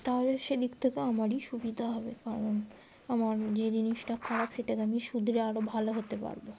তাহলে সেদিক থেকে আমারই সুবিধা হবে কারণ আমার যে জিনিসটা খারাপ সেটাকে আমি শুধরে আরও ভালো হতে পারব